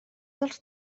dels